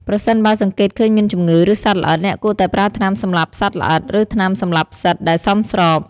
ប្រសិនបើសង្កេតឃើញមានជំងឺ ឬសត្វល្អិត អ្នកគួរតែប្រើថ្នាំសម្លាប់សត្វល្អិត ឬថ្នាំសម្លាប់ផ្សិតដែលសមស្រប។